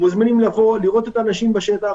מוזמן לבוא ולראות את האנשים בשטח.